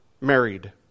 married